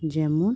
যেমন